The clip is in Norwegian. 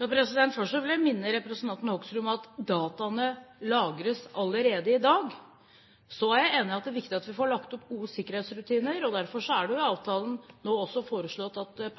Først vil jeg minne representanten Hoksrud om at dataene lagres allerede i dag. Jeg er enig i at det er viktig at vi får lagt opp gode sikkerhetsrutiner, og derfor er det i avtalen foreslått at